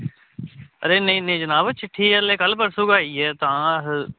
एह् नेईं नेईं जनाब एह् चिट्ठी कल्ल परसों ई आई ऐ तां अस